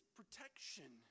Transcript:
protection